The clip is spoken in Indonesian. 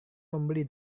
membeli